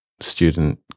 student